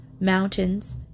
mountains